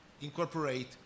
incorporate